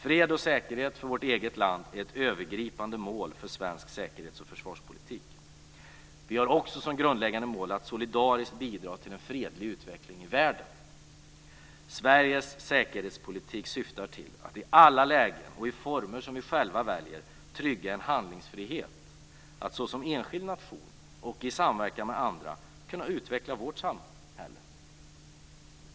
Fred och säkerhet för vårt eget land är ett övergripande mål för svensk säkerhets och försvarspolitik. Vi har också som grundläggande mål att solidariskt bidra till en fredlig utveckling i världen. Sveriges säkerhetspolitik syftar till att i alla lägen och i former som vi själva väljer trygga en handlingsfrihet att såsom enskild nation och i samverkan med andra kunna utveckla vårt samhälle.